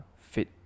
fit